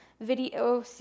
video